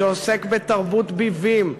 שעוסק בתרבות ביבים".